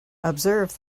observe